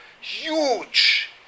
huge